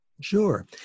Sure